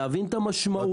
להבין את המשמעות.